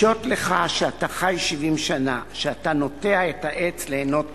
פשוט לך שאתה חי שבעים שנה שאתה נוטע את העץ ליהנות ממנו?